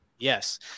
Yes